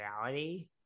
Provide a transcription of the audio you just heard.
reality